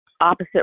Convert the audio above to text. opposite